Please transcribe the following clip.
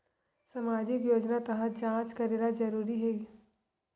सामजिक योजना तहत जांच करेला जरूरी हे